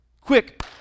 Quick